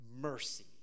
mercy